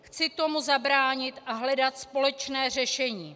Chci tomu zabránit a hledat společné řešení.